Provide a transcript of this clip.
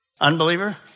Unbeliever